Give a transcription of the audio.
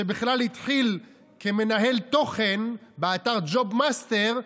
שבכלל התחיל כמנהל תוכן באתר ג'וב מאסטר,